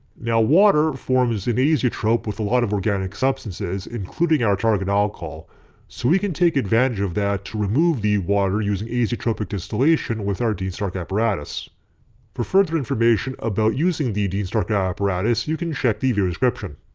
now water forms an azeotrope with a lot of organic substances including our target alcohol so we can take advantage of that to remove the water using azeotropic distillation with our dean stark apparatus for further information about using the dean stark apparatus you can check the video description.